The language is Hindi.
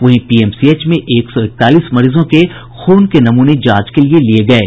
वहीं पीएमसीएच में एक सौ इकतालीस मरीजों के खून के नमूने जांच के लिए लिये गये